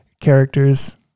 characters